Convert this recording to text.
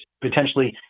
potentially